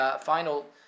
final